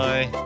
Bye